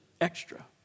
extra